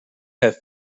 have